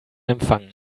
überhaupt